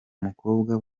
mukobwa